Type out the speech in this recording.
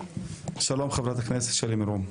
שלום חברת הכנסת שלי מירון.